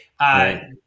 Right